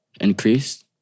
increased